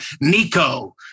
Nico